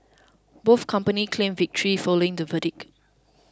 both companies claimed victory following the verdict